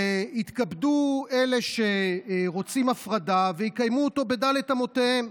ויתכבדו אלה שרוצים הפרדה ויקיימו אותו בד' אמותיהם.